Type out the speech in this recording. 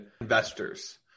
investors